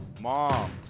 Mom